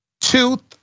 tooth